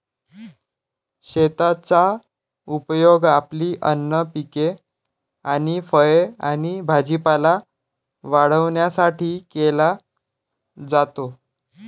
शेताचा उपयोग आपली अन्न पिके आणि फळे आणि भाजीपाला वाढवण्यासाठी केला जातो